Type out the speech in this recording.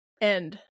end